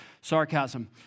Sarcasm